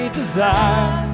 desire